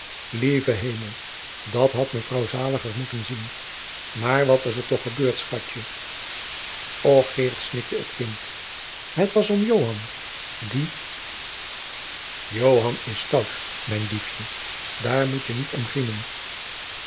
lieve hemel dat had mevrouw zaliger moeten zien maar wat is er toch gebeurd schatje och geert snikte het kind het was joan die jacob van lennep de pleegzoon joan is stout mijn diefje daar moet je niet om grienen